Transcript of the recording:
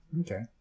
Okay